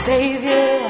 Savior